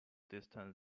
distance